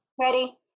ready